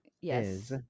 yes